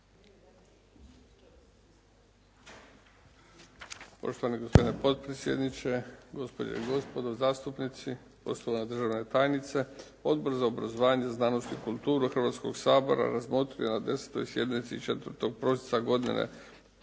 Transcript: Poštovani gospodine potpredsjedniče, gospođe i gospodo zastupnici, poštovana državna tajnice. Odbor za obrazovanje, znanost i kulturu Hrvatskog sabora razmotrio je na 10. sjednici